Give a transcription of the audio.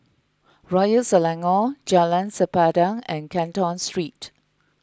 Royal Selangor Jalan Sempadan and Canton Street